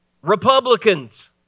Republicans